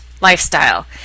lifestyle